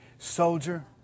Soldier